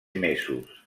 mesos